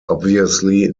obviously